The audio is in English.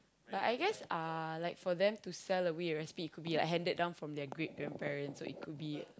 but I guess uh like for them to sell away a recipe it could be like handed down from their great grandparents so it could be